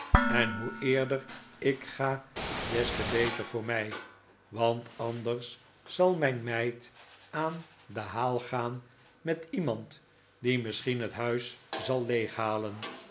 en hoe eerder ik ga des te beter voor mij want anders zal mijn meid aan den haal gaan met iemand die misschien het huis zal leeghalen